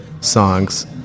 songs